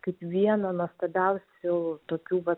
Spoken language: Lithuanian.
kaip vieną nuostabiausių tokių vat